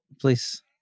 please